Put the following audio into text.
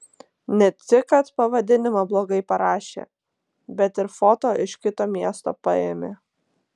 ne tik kad pavadinimą blogai parašė bet ir foto iš kito miesto paėmė